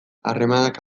harremanak